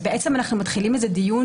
ובעצם אנחנו מתחילים דיון